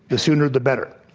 the sooner the better.